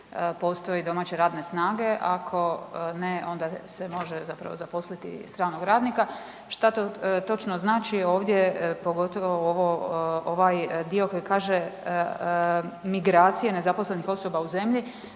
postoji domaće radne snage. Ako ne, onda se može zapravo zaposliti stranog radnika. Što to točno znači, ovdje, pogotovo ovo, ovaj dio koji kaže, migracije nezaposlenih osoba u zemlji,